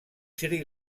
sri